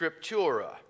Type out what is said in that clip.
scriptura